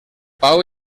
pau